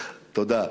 תודה.